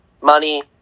money